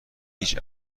هیچ